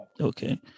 Okay